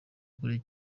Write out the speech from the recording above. kure